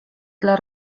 dla